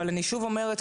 אבל שוב אני אומרת,